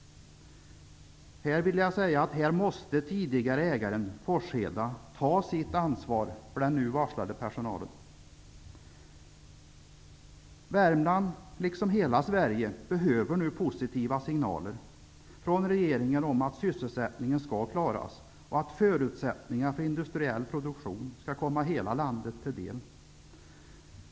Här måste den tidigare ägaren, Forsheda, ta sitt ansvar för den nu varslade personalen. Värmland, liksom hela Sverige, behöver nu positiva signaler från regeringen om att sysselsättningen skall klaras och att förutsättningar för industriell produktion skall komma hela landet till del.